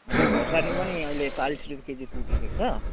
अनि खोर्सानी पनि अहिले चालिस रुपियाँ केजी पुगेको छ